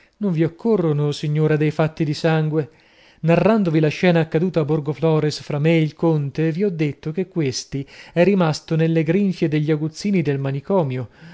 non vi occorrono o signora dei fatti di sangue narrandovi la scena accaduta a borgoflores fra me ed il conte vi ho detto che questi è rimasto nelle grinfe degli aguzzini del manicomio